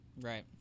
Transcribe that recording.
Right